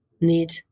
need